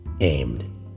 aimed